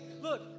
look